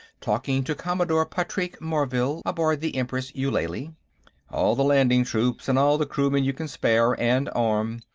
talking to commodore patrique morvill, aboard the empress eulalie all the landing-troops, and all the crewmen you can spare and arm.